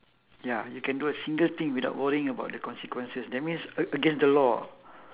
ya you can do a single thing without worrying about the consequences that means a~ against the law